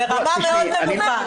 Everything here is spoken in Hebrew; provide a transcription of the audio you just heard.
ברמה מאוד נמוכה.